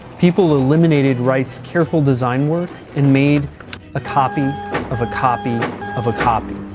people eliminated wright's careful design work and made a copy of a copy of a copy.